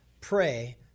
pray